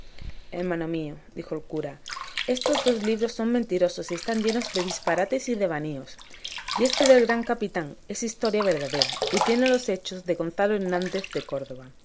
hermano mío dijo el cura estos dos libros son mentirosos y están llenos de disparates y devaneos y este del gran capitán es historia verdadera y tiene los hechos de gonzalo hernández de córdoba